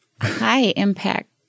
high-impact